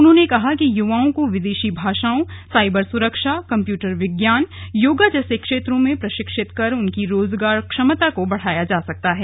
उन्होंने कहा कि युवाओं को विदेशी भाषाओं साइबर सुरक्षा कम्प्यूटर विज्ञान योगा जैसे क्षेत्रों में प्रशिक्षित कर उनकी रोजगार क्षमता को बढ़ाया जा सकता है